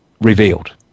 revealed